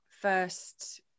first